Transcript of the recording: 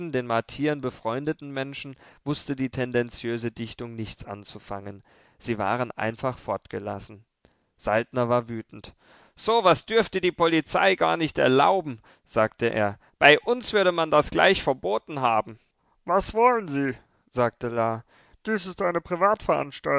den martiern befreundeten menschen wußte die tendenziöse dichtung nichts anzufangen sie waren einfach fortgelassen saltner war wütend so was dürfte die polizei gar nicht erlauben sagte er bei uns würde man das gleich verboten haben was wollen sie sagte la dies ist eine